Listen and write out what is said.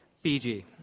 Fiji